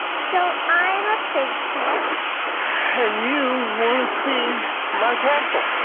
so i'm a princess. and you want to see my castle.